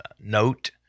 note